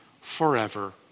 forever